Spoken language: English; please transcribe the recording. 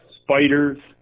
spiders